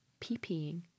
peeing